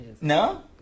no